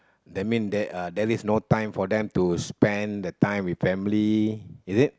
that mean there are there is no time for them to spend the time with family is it